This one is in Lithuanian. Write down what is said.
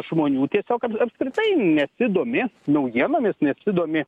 žmonių tiesiog ap apskritai nesidomi naujienomis nesidomi